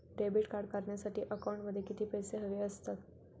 Debit card काढण्यासाठी अकाउंटमध्ये किती पैसे हवे असतात?